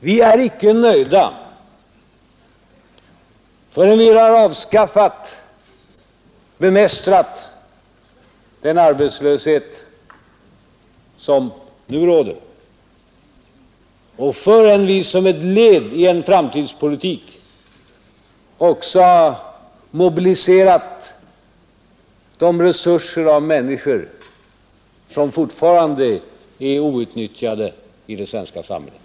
Vi är icke nöjda förrän vi har bemästrat den arbetslöshet som nu råder och förrän vi som ett led i en framtidspolitik också har mobiliserat de resurser i form av människor som fortfarande är outnyttjade i det svenska samhället.